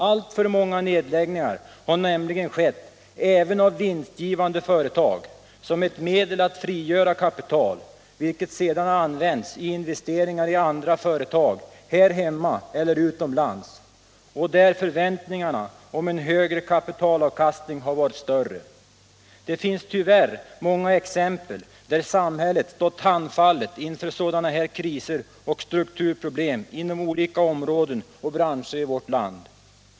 Alltför många nedläggningar har nämligen skett även av vinstgivande företag som ett medel att frigöra kapital, vilket sedan använts i investeringar i andra företag här hemma eller ” utomlands, där förväntningarna om en högre kapitalavkastning har varit större. Det finns tyvärr många exempel på att samhället står handfallet inför sådana här kriser och strukturproblem inom olika områden och branscher i vårt land.